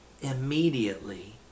Immediately